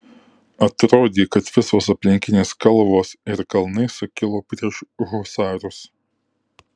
atrodė kad visos aplinkinės kalvos ir kalnai sukilo prieš husarus